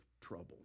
trouble